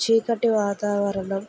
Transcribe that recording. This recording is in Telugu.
చీకటి వాతావరణం